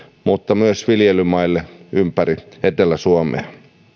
mutta myös viljelymailla ympäri etelä suomea